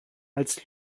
als